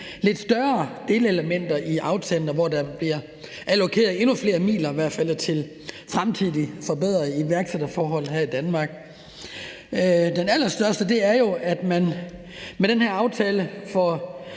lidt større delelementer i aftalen, og hvor der i hvert fald bliver allokeret endnu flere midler til fremtidige forbedringer af iværksætterforholdene her i Danmark. Den allerstørste del er jo, at man med den her aftale får